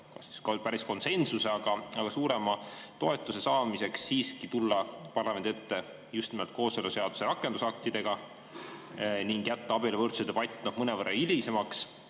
just päris konsensuse, aga vähemalt suurema toetuse saamiseks tulla parlamendi ette just nimelt kooseluseaduse rakendusaktidega ning jätta abieluvõrdsuse debatt mõnevõrra hilisemaks?